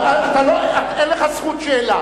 אין לך זכות שאלה.